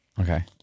Okay